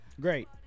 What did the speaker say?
Great